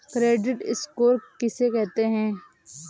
Credit score किसे कहते हैं?